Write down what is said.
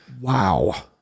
Wow